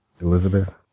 Elizabeth